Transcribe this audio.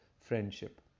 friendship